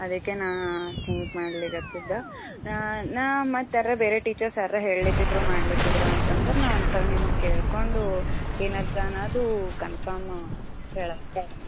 ಅದಕೆ ನಾ ಥಿಂಕ್ ಮಾಡ್ಲಿಕತ್ತಿದ್ದೆ ನಾ ಮತ್ತೆ ಯಾರ ಬೇರೆ ಟೀಚರ್ಸ್ ಯಾರ್ರ ಹೇಳತಿದ್ರು ಮಾಡತಿದ್ರು ಅಂತಂದ್ರೆ ನಾ ಒಂದು ಸಲ ನಿಮಗೆ ಕೇಳಿಕೊಂಡು ಏನಾಯ್ತ್ ಅನ್ನದು ಕನ್ಫಮ್ ಹೇಳ